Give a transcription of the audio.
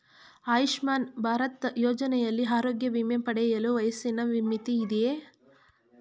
ಆಯುಷ್ಮಾನ್ ಭಾರತ್ ಯೋಜನೆಯಲ್ಲಿ ಆರೋಗ್ಯ ವಿಮೆ ಪಡೆಯಲು ವಯಸ್ಸಿನ ಮಿತಿ ಇದೆಯಾ?